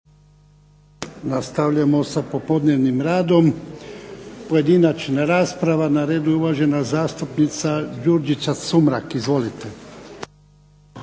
Nastavljamo sa popodnevnim radom. Pojedinačna rasprava, uvažena zastupnica Đurđica Sumrak. Izvolite.